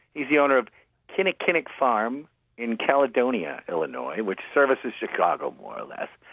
the the owner of kinnikinnick farm in caledonia, illinois, which services chicago more or less.